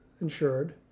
insured